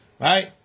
Right